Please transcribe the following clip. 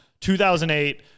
2008